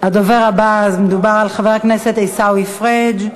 הדובר הבא, מדובר על חבר הכנסת עיסאווי פריג'.